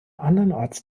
andernorts